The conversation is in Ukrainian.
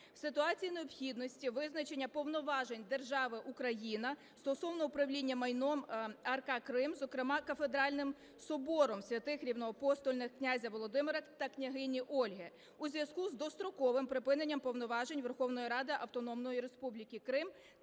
В ситуації необхідності визначення повноважень держави Україна стосовно управління майном АРК Крим, зокрема Кафедральним собором святих рівноапостольних князя Володимира та княгині Ольги, у зв'язку з достроковим припиненням повноважень Верховної Ради Автономної Республіки Крим